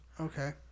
okay